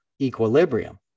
equilibrium